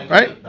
Right